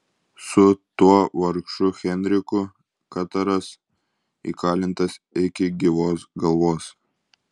su tuo vargšu henriku kataras įkalintas iki gyvos galvos